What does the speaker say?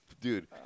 Dude